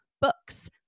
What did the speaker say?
books